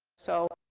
so,